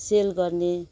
sale गर्ने